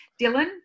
Dylan